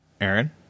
Aaron